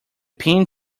pin